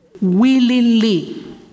willingly